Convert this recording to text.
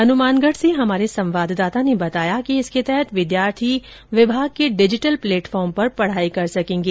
हनुमानगढ़ से हमारे संवाददाता ने बताया कि इसके तहत विद्यार्थी विभाग के डिजिटल प्लेटफॉर्म पर पढ़ाई कर सकेंगे